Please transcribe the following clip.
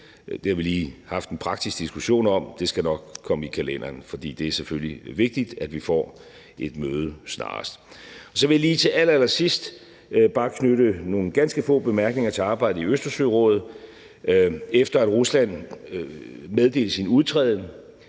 Det har vi lige haft en praktisk diskussion om, og det skal nok komme i kalenderen. For det er selvfølgelig vigtigt, at vi får et møde snarest. Kl. 19:01 Så vil jeg lige til allerallersidst bare knytte nogle ganske få bemærkninger til arbejdet i Østersørådet. Efter at Rusland meddelte sin udtræden,